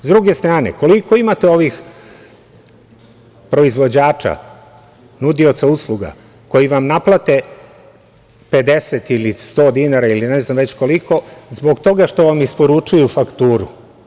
Sa druge strane, koliko imate ovih proizvođača, nudioca usluga koji vam naplate 50 ili 100 dinara ili ne znam već koliko zbog toga što vam isporučuju fakturu?